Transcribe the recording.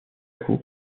coup